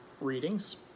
readings